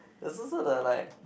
does it suit are like